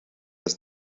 ist